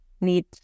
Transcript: need